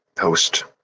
host